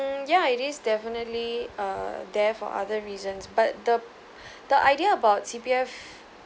ya it is definitely uh dare for other reasons but the the idea about C_P_F